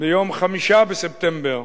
ביום 5 בספטמבר